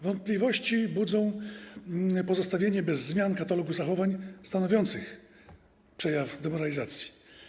Wątpliwości budzi pozostawienie bez zmian katalogu zachowań stanowiących przejaw demoralizacji.